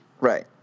Right